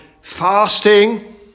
fasting